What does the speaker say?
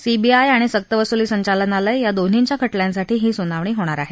CBI आणि सक्तवसुली संचालनालय या दोन्हींच्या खटल्यांसाठी ही सुनावणी होणार आहे